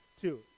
Two